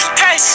hey